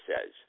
says